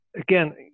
Again